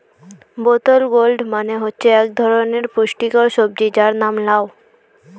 বোতল গোর্ড মানে হচ্ছে এক ধরনের পুষ্টিকর সবজি যার নাম লাউ